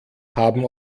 haben